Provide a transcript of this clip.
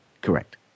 Correct